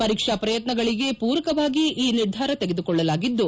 ಪರೀಕ್ಷಾ ಪ್ರಯತ್ನಗಳಿಗೆ ಪೂರಕವಾಗಿ ಈ ನಿರ್ಧಾರ ತೆಗೆದುಕೊಳ್ಳಲಾಗಿದ್ದು